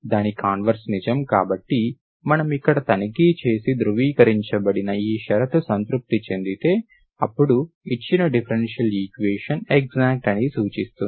దాని కాన్వర్స్ నిజం కాబట్టి మనం ఇక్కడ తనిఖీ చేసి ధృవీకరించబడిన ఈ షరతు సంతృప్తి చెందితే అప్పుడు ఇచ్చిన డిఫరెన్షియల్ ఈక్వేషన్ ఎక్సాక్ట్ అని సూచిస్తుంది